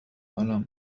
ألم